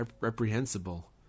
reprehensible